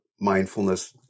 mindfulness